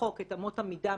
בחוק את אמות המידה,